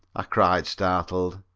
i cried, startled.